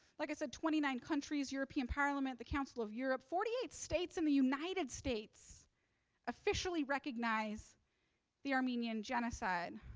like i said, twenty nine countries, european parliament, the council of europe, forty eight states in the united states officially recognize the armenian genocide.